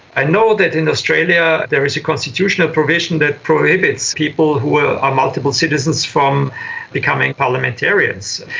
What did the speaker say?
i know that in australia there is a constitutional provision that prohibits people who are are multiple citizens from becoming parliamentarians.